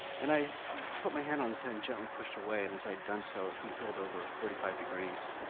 and i put my hand on his head, and gently pushed it away. and, as i had done so, he heeled over forty five degrees,